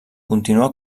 continua